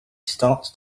starts